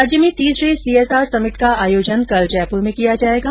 राज्य में तीसरे सीएसआर समिट का आयोजन कल जयपुर में किया जाएगा